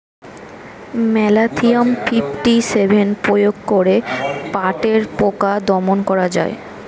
Malathion fifty seven প্রয়োগ করে পাটের পোকা দমন করা যায়?